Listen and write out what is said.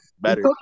better